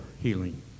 healing